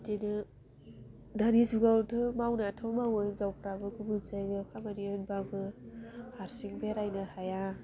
बिदिनो दानि जुगावथ' मावनायाथ' मावो हिन्जावफ्राबो गुबुन जायगायाव खामानि होनबाबो हारसिं बेरायनो हाया